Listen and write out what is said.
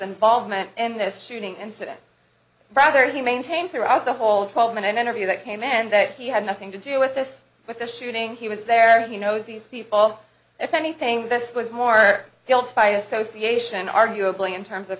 involvement in this shooting incident rather he maintained throughout the whole twelve minute interview that came and that he had nothing to do with this but the shooting he was there and you know these people if anything this was more able to fight association arguably in terms of